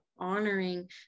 honoring